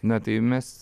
na tai mes